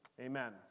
amen